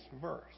verse